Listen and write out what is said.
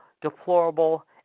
deplorable